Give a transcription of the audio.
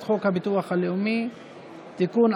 הביטוח הלאומי (תיקון,